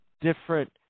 different